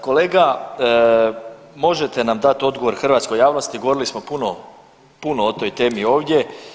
Kolega možete nam dati odgovor, hrvatskoj javnosti, govorili smo puno, puno o toj temi ovdje.